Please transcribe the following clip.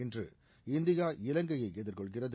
இன்று இந்தியா இலங்கையை எதிர்கொள்கிறது